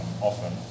often